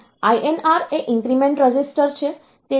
તેથી INR એ increment register છે